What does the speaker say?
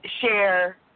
share